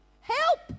help